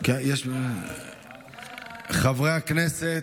חברי הכנסת,